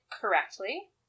correctly